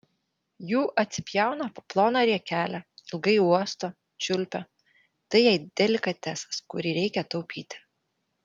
jų atsipjauna po ploną riekelę ilgai uosto čiulpia tai jai delikatesas kurį reikia taupyti